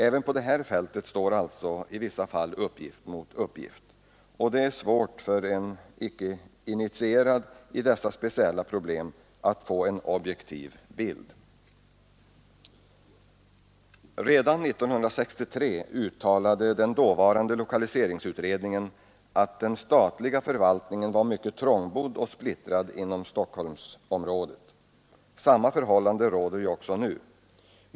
Även på det här fältet står alltså uppgift mot uppgift. Det är svårt för en i dessa speciella problem icke initierad att få en objektiv bild. Redan 1963 uttalade den dåvarande lokaliseringsutredningen att den statliga förvaltningen var mycket trångbodd och splittrad inom Stockholmsområdet. Samma förhållanden råder också nu.